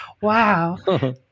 wow